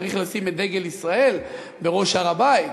צריך לשים את דגל ישראל בראש הר-הבית,